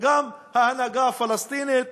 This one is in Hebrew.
וגם ההנהגה הפלסטינית,